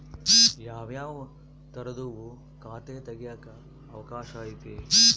ಯಾವ್ಯಾವ ತರದುವು ಖಾತೆ ತೆಗೆಕ ಅವಕಾಶ ಐತೆ?